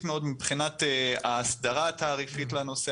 מאוד מבחינת ההסדרה התעריפית בנושא.